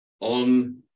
on